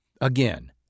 again